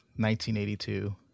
1982